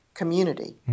community